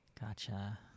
Gotcha